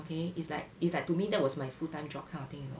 okay is like is like to me that was my full time job kind of thing you know